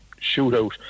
shootout